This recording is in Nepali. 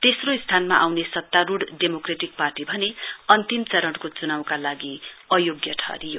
तेस्रो स्थानमा आउने सत्तारुढ़ डेमोक्रेटिक पार्टी भने अन्तिम चरणको च्नाउका लागि अयोग्य ठहरियो